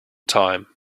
time